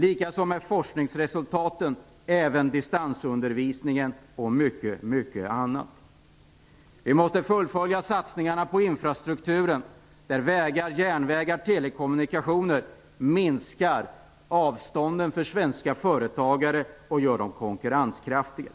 Likadant är det med forskningsresultaten, distansundervisningen och mycket mycket annat. Vi måste fullfölja satsningarna på infrastrukturen där vägar, järnvägar och telekommunikationer minskar avstånden för svenska företagare och gör de konkurrenskraftiga.